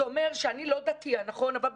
בסופו של דבר חבטו בהן מכל כיוון.